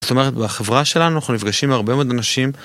זאת אומרת, בחברה שלנו אנחנו נפגשים הרבה מאוד אנשים.